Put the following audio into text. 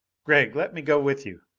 gregg, let me go with you.